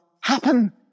happen